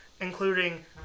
including